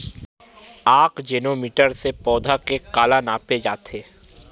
आकजेनो मीटर से पौधा के काला नापे जाथे?